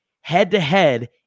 head-to-head